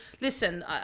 listen